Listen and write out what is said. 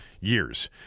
years